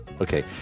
Okay